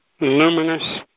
luminous